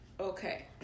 Okay